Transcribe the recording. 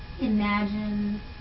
imagine